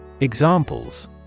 Examples